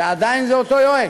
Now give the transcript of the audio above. ועדיין זה אותו יועץ,